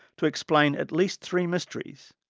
to explain at least three mysteries.